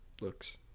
looks